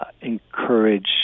encourage